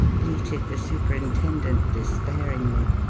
bleated the superintendent, despairingly.